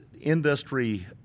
industry